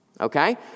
okay